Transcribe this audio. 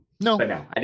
No